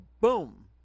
boom